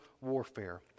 warfare